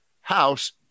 House